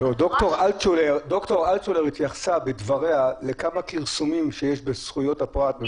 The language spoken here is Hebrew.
ד"ר אלטשולר התייחסה בדבריה לכמה כרסומים שיש בזכויות הפרט.